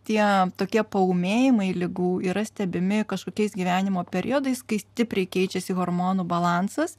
tie tokie paūmėjimai ligų yra stebimi kažkokiais gyvenimo periodais kai stipriai keičiasi hormonų balansas